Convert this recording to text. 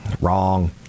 wrong